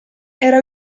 era